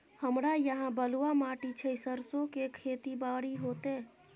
हमरा यहाँ बलूआ माटी छै सरसो के खेती बारी होते?